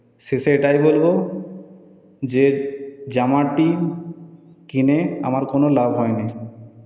শেষে এটাই বলবো যে জামাটি কিনে আমার কোনো লাভ হয়নি